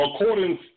according